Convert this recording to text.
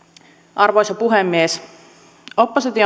arvoisa puhemies oppositio